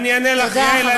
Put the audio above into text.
תודה.